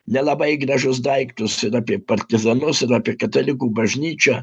nelabai gražus daiktus ir apie partizanus ir apie katalikų bažnyčią